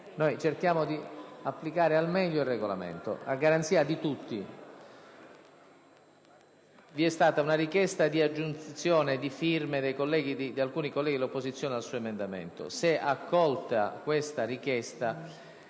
Cerchiamo di applicare al meglio il Regolamento, a garanzia di tutti. Vi è stata una richiesta di aggiunta di firme da parte di alcuni colleghi di opposizione al suo emendamento.